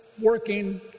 working